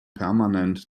permanent